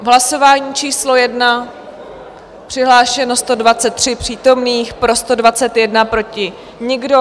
Hlasování číslo 1, přihlášeno 123 přítomných, pro 121, proti nikdo.